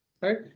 right